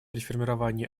реформирования